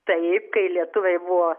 taip kai lietuviai buvo